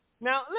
Now